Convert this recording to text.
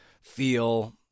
feel